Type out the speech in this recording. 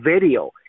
video